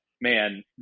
man